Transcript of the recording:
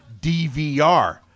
DVR